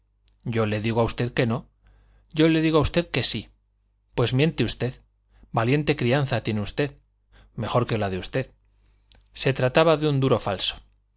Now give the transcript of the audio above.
yo le digo a usted que no yo le digo a usted que sí pues miente usted valiente crianza tiene usted mejor que la de usted se trataba de un duro falso